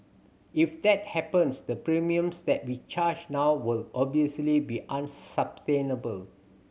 if that happens the premiums that we charge now will obviously be unsustainable